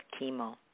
chemo